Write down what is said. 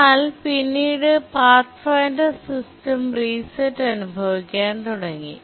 എന്നാൽ പിന്നീട് Pathfinder system റീസെട്അനുഭവിക്കാൻ തുടങ്ങി